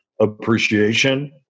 appreciation